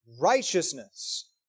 righteousness